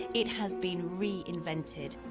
it has been re-invented.